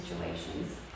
situations